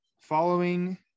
following